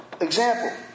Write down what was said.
Example